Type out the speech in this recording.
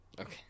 Okay